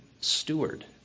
steward